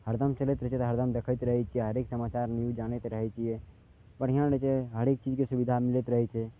हरदम चलैत रहै छै तऽ हरदम देखैत रहै छियै हरेक समाचार न्यूज आनैत रहै छियै बढ़िआँ रहै छै हरेक चीजके सुविधा मिलैत रहै छै